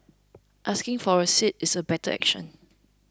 asking for a seat is a better action